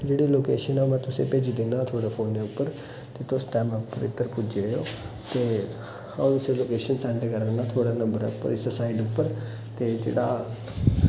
इक जेह्ड़ी लोकेशन ऐ ओह् में तुसेंगी भेजी दिन्नां थुआढ़े फोने उप्पर ते तुस टाइम उप्पर इद्धर पुज्जी जाएयो ते आ'ऊं तुसेंगी लोकेशन सेंड करना थुआढ़े नम्बरै उप्पर पर इस्सै साइड उप्पर ते जेह्ड़ा